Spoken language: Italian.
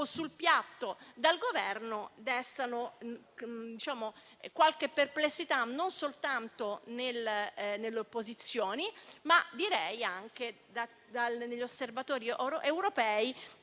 sul piatto dal Governo destano qualche perplessità non soltanto nelle opposizioni, ma direi anche negli osservatori europei,